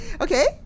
Okay